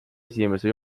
esimese